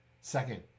Second